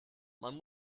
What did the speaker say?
man